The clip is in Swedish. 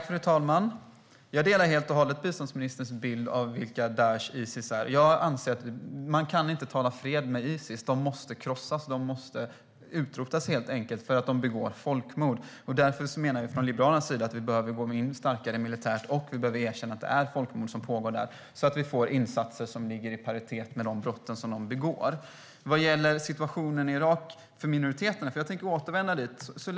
Fru talman! Jag instämmer helt och hållet i biståndsministerns bild av vilka Daish, Isis, är. Jag anser att man inte kan tala fred med Isis. Daish måste krossas och helt enkelt utrotas för att de begår folkmord. Därför menar vi från Liberalarena att man bör gå in starkare militärt och erkänna att det pågår ett folkmord, så att insatserna ligger i paritet med de brott som begås. Jag tänker återkomma till situationen för minoriteterna i Irak.